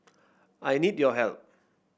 I need your help